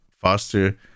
faster